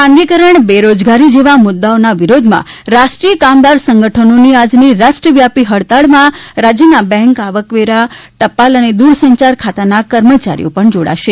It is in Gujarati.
ખાનગીકરણ બેરોજગારી જેવા મુદ્દાઓના વિરોધમાં રાષ્ટ્રીય કામદાર સંગઠનોની આજની રાષ્ટ્રવ્યાપી હડતાળમાં રાજ્યના બેન્ક આવકવેરા ટપાલ અને દૂરસંચાર ખાતાના કર્મચારીઓના પણ જોડાશે